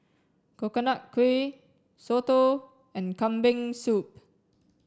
Coconut Kuih Soto and kambing soup